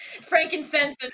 frankincense